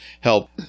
help